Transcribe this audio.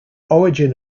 origin